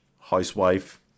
housewife